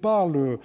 parlait